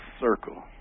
circle